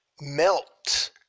melt